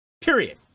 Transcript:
Period